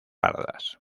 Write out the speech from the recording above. pardas